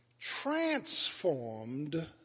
transformed